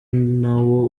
nawo